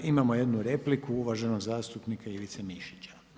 Imamo jednu repliku, uvaženost zastupnika Ivice Mišića.